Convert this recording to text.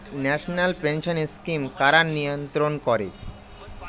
National pension scheme কারা নিয়ন্ত্রণ করে?